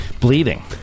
bleeding